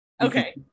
Okay